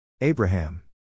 Abraham